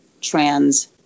trans